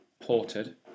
ported